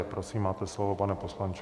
Prosím, máte slovo, pane poslanče.